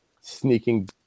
sneaking